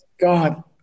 God